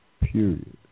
Period